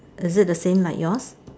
is it the same like yours